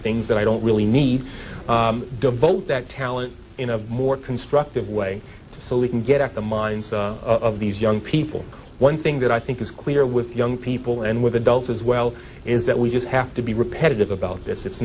things that i don't really need devote that talent in a more constructive way so we can get at the minds of these young people one thing that i think is clear with young people and with adults as well is that we just have to be repetitive about this it's